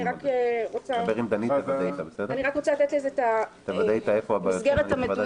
אני רק רוצה לתת לזה את המסגרת המדויקת,